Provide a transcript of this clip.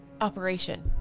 Operation